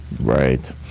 Right